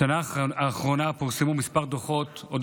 בשנה האחרונה פורסמו כמה דוחות על